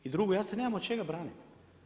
I drugo, ja se nemam od čega braniti.